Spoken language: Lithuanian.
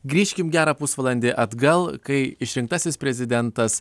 grįžkim gerą pusvalandį atgal kai išrinktasis prezidentas